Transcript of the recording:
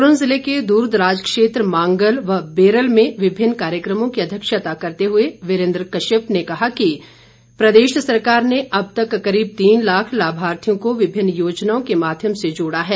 सोलन ज़िले के द्रदराज क्षेत्र मांगल व बेरल में विभिन्न कार्यक्रमों की अध्यक्षता करते हुए वीरेन्द्र कश्यप ने कहा कि प्रदेश सरकार ने अब तक करीब तीन लाख लाभार्थियों को विभिन्न योजनाओं के माध्यम से जोड़ा है